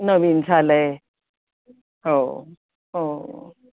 नवीन झालं आहे हो हो